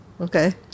Okay